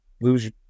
lose